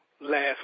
last